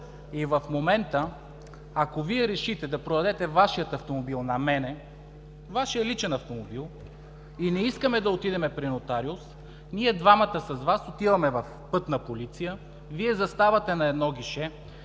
И в момента, ако Вие решите да продадете Вашия автомобил на мен, Вашия личен автомобил, и не искаме да отидем при нотариус, ние двамата с Вас отиваме в „Пътна полиция“. Вие заставате на едно гише,